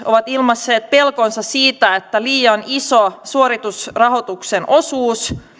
ovat ilmaisseet pelkonsa siitä että liian iso suoritusrahoituksen osuus